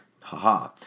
Haha